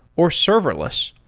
or serverless.